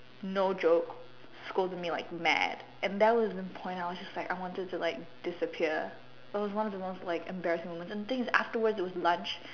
no joke scold me like mad and that was the point I was just like I wanted to like disappear it was one of the most like embarrassing moment and things afterwards was lunch